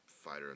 fighter